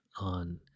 on